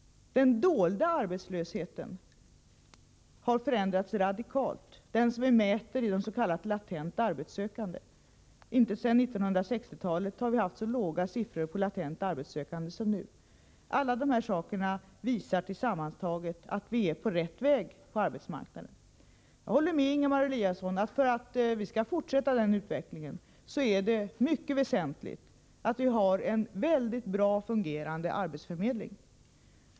Den dolda arbetslösheten, den som vi mäter i antalet s.k. latent arbetssökande, har förändrats radikalt. Inte sedan 1960-talet har vi haft så låga siffror som nu när det gäller latent arbetssökande. Allt det här sammantaget visar att vi är på rätt väg. Jag håller med Ingemar Eliasson om att det för att denna utveckling skall kunna fortsätta är väsentligt att vi har en mycket bra fungerande arbetsförmedling.